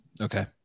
Okay